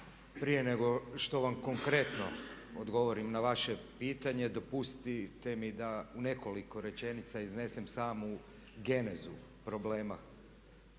prije nego što vam konkretno odgovorim na vaše pitanje dopustite mi da u nekoliko rečenica iznesem samu genezu problema